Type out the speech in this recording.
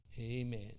Amen